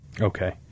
Okay